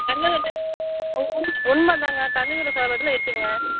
கங்கை கொண்ட உ உ உண்ம தாங்க கங்கை கொண்ட சோலபுரத்தில் இருக்குதுங்க